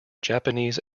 japanese